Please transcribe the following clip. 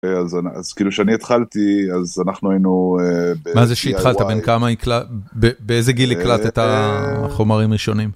אז אז כאילו כשאני התחלתי אז אנחנו היינו - מה זה שהתחלת, בן כמה, באיזה גיל הקלטת חומרים ראשונים?